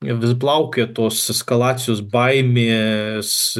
vis plaukioja tos eskalacijos baimės